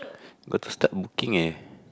got to start booking eh